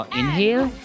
inhale